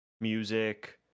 Music